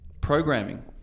programming